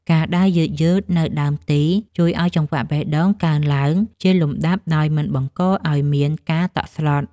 ការដើរយឺតៗនៅដើមទី ជួយឱ្យចង្វាក់បេះដូងកើនឡើងជាលំដាប់ដោយមិនបង្កឱ្យមានការតក់ស្លុត។